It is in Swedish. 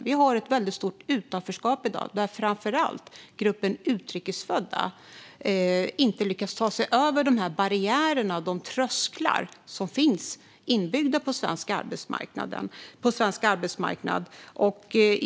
Vi har ett väldigt stort utanförskap i dag där framför allt gruppen utrikes födda inte lyckas ta sig över de barriärer och trösklar som finns inbyggda på svensk arbetsmarknad.